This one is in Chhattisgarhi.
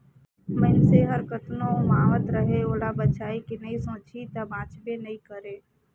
मइनसे हर कतनो उमावत रहें ओला बचाए के नइ सोचही त बांचबे नइ करे